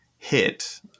hit